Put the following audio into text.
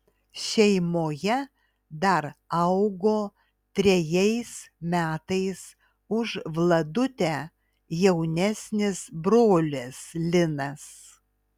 šeimoje dar augo trejais metais už vladutę jaunesnis brolis linas